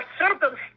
circumstances